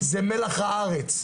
זה מלח הארץ.